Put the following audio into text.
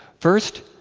first,